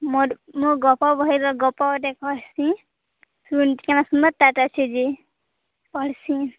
ମୋର ମୋ ଗପ ବହି ର ଗପ ଗୁଟେ କହେସି ଶୁନ କେନ ସୁନ୍ଦର ପଢ଼୍ସି